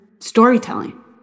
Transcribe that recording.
storytelling